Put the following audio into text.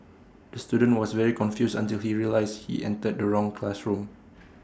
the student was very confused until he realised he entered the wrong classroom